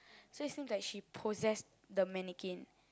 so it seems like she possess the mannequin